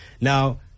Now